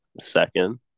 second